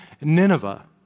Nineveh